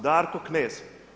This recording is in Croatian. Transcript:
Darko Knez.